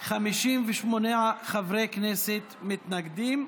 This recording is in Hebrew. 58 חברי כנסת מתנגדים.